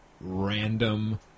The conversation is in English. random